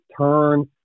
turn